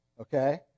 okay